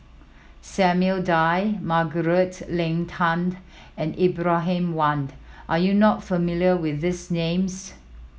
Samuel Dyer Margaret Leng Tan and Ibrahim Awang are you not familiar with these names